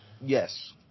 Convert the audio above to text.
Yes